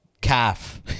calf